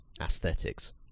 aesthetics